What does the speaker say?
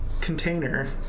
container